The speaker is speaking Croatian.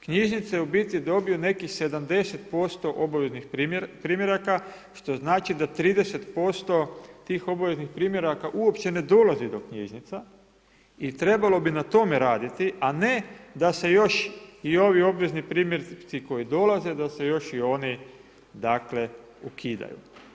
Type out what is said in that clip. Knjižnice u biti dobiju nekih 70% obaveznih primjeraka, što znači da 30% tih obaveznih primjeraka, uopće ne dolazi do knjižnica i trebalo bi na tome raditi, a ne da se još i ovi obvezni primjerci koji dolaze, da se još i oni ukidaju.